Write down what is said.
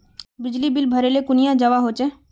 बिजली बिल भरले कुनियाँ जवा होचे?